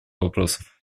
вопросов